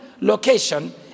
location